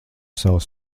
savas